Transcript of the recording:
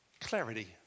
clarity